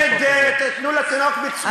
החלטה על מדינה פלסטינית.